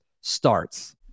starts